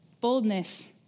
boldness